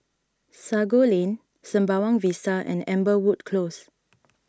Sago Lane Sembawang Vista and Amberwood Close